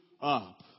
up